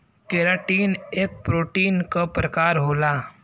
keratin एक protein क प्रकार होला